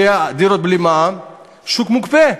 שהדירות בלי מע"מ, השוק מוקפא.